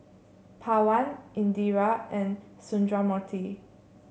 Pawan Indira and Sundramoorthy